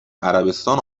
عربستان